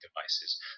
devices